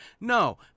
No